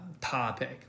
topic